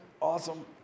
Awesome